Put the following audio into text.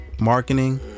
marketing